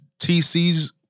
TC's